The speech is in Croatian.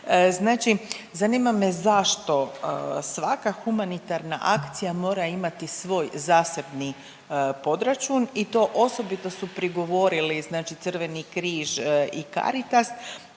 Znači zanima me zašto svaka humanitarna akcija mora imati svoj zasebni podračun i to osobito su prigovorili, znači Crveni križ i Caritas